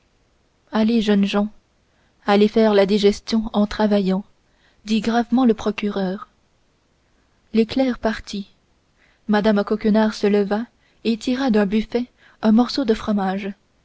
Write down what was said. allez jeunes gens allez faire la digestion en travaillant dit gravement le procureur les clercs partis mme coquenard se leva et tira d'un buffet un morceau de fromage